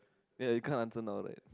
ya you can't answer now right